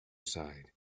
side